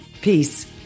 Peace